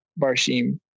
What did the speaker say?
Barshim